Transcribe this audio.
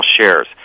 shares